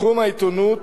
תחום העיתונות,